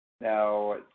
Now